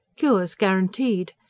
cures guaranteed!